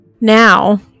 Now